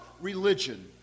religion